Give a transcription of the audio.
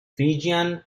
fijian